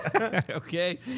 Okay